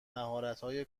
مهارتهای